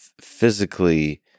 physically